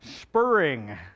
spurring